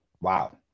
Wow